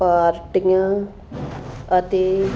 ਪਾਰਟੀਆਂ ਅਤੇ